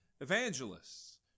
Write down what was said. Evangelists